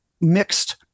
mixed